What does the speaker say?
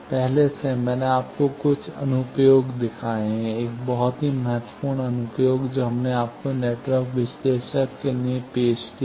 पहले से मैंने आपको कुछ अनुप्रयोग दिखाए हैं एक बहुत ही महत्वपूर्ण अनुप्रयोग जो हमने आपको नेटवर्क विश्लेषक के लिए पेश किया है